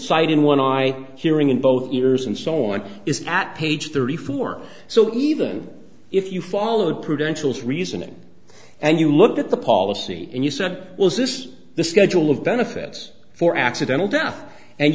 citing one i hearing in both ears and so on is at page thirty four so even if you followed prudential's reasoning and you looked at the policy and you said was this the schedule of benefits for accidental death and